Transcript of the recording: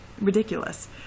ridiculous